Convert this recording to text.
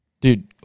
Dude